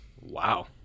Wow